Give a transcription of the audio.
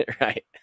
Right